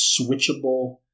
switchable